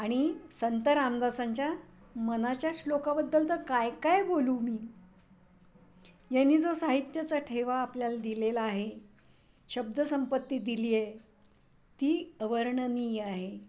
आणि संत रामदासांच्या मनाच्या श्लोकाबद्दल तर काय काय बोलू मी यांनी जो साहित्याचा ठेवा आपल्याला दिलेला आहे शब्दसंपत्ती दिली आहे ती अवर्णनीय आहे